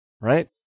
right